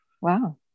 Wow